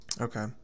Okay